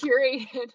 curated